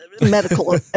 Medical